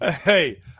hey